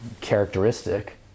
characteristic